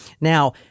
Now